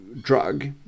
drug